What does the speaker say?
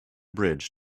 bridge